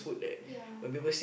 ya